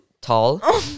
tall